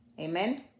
Amen